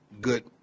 good